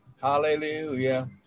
Hallelujah